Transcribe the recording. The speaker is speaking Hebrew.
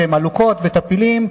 והם עלוקות וטפילים,